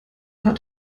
paar